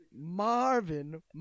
Marvin